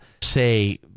say